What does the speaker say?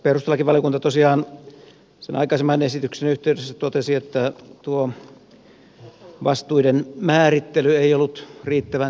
perustuslakivaliokunta tosiaan sen aikaisemman esityksen yhteydessä totesi että tuo vastuiden määrittely ei ollut riittävän selkeä